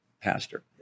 pastor